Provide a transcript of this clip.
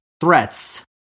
threats